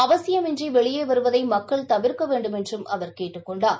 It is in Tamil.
அவசியமின்றி வெளியே வருவதை மக்கள் தவிர்க்க வேண்டுமென்றும் அவர் கேட்டுக்கொண்டார்